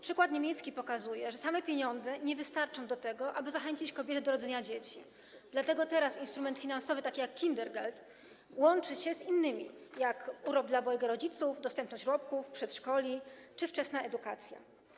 Przykład niemiecki pokazuje, że same pieniądze nie wystarczą do tego, aby zachęcić kobiety do rodzenia dzieci, dlatego teraz instrument finansowy taki jak Kindergeld łączy się z innymi, jak urlop dla obojga rodziców, dostępność żłobków, przedszkoli czy wczesna edukacja.